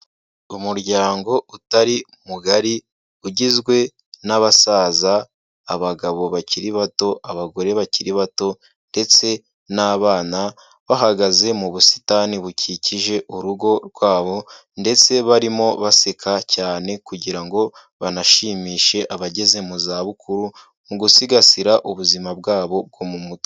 Umuryango utari mugari ugizwe n'abasaza, abagabo bakiri bato, abagore bakiri bato ndetse n'abana, bahagaze mu busitani bukikije urugo rwabo ndetse barimo baseka cyane kugira ngo banashimishe abageze mu zabukuru mu gusigasira ubuzima bwabo bwo mu mutwe.